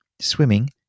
swimming